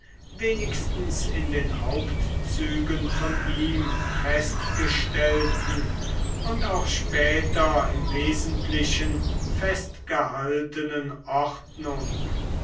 wenigstens in den hauptzügen von ihm festgestellten und auch später im wesentlichen festgehaltenen ordnung